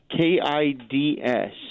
K-I-D-S